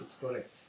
correct